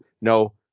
No